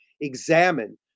examine